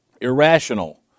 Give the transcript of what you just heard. irrational